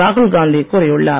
ராகுல் காந்தி கூறியுள்ளார்